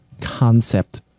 concept